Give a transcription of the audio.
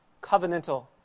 covenantal